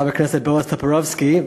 לחבר הכנסת בועז טופורובסקי,